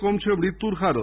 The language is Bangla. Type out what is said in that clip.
কমছে মৃত্যুর হারও